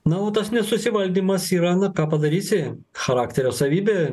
na o tas nesusivaldymas yra na ką padarysi charakterio savybė